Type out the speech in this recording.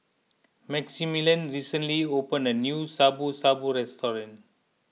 Maximilian recently opened a new Shabu Shabu restaurant